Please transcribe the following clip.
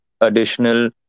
additional